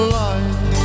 life